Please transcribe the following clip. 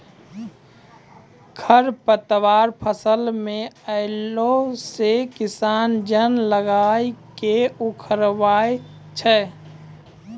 खरपतवार फसल मे अैला से किसान जन लगाय के उखड़बाय छै